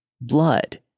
Blood